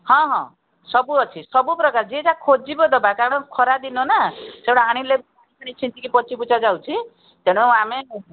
ହଁ ହଁ ସବୁ ଅଛି ସବୁପ୍ରକାର ଯିଏ ଯାହା ଖୋଜିବ ଦେବା କାରଣ ଖରାଦିନ ନା ସେଗୁଡ଼ା ଆଣିଲେ ପାଣି ଛିଞ୍ଚିକି ପଚି ପୁଚା ଯାଉଛି ତେଣୁ ଆମେ